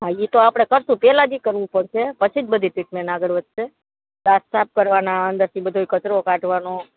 હા એ તો આપણે કરીશું પહેલાં જ એ કરવું પડશે પછી જ બધી ટ્રીટમેન આગળ વધશે દાંત સાફ કરવાના પછી બધોય કચરો કાઢવાનો